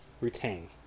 retain